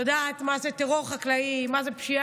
את יודעת מה זה טרור חקלאי, מה זאת פשיעה.